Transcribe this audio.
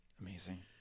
Amazing